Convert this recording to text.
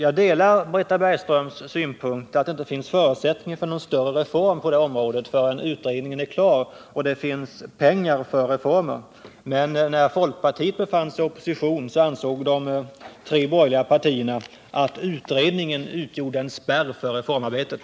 Jag delar Britta Bergströms uppfattning att det inte finns förutsättning för någon större reform på det här området förrän utredningen är klar och det finns pengar för reformer. Men när folkpartiet befann sig i opposition ansåg de tre borgerliga partierna att utredningen utgjorde en spärr för reformarbetet.